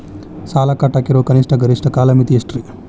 ಸಾಲ ಕಟ್ಟಾಕ ಇರೋ ಕನಿಷ್ಟ, ಗರಿಷ್ಠ ಕಾಲಮಿತಿ ಎಷ್ಟ್ರಿ?